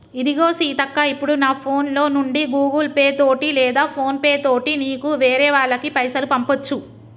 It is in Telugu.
ఇదిగో సీతక్క ఇప్పుడు నా ఫోన్ లో నుండి గూగుల్ పే తోటి లేదా ఫోన్ పే తోటి నీకు వేరే వాళ్ళకి పైసలు పంపొచ్చు